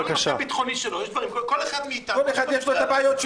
גם בנושא ביטחוני שלו יש דברים כל אחד מאיתנו יש לו ---.